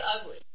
ugly